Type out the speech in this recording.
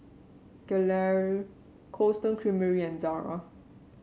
Gelare Cold Stone Creamery and Zara